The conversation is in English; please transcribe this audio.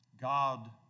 God